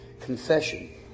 confession